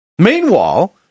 Meanwhile